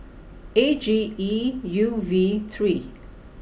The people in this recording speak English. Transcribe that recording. A G E U V three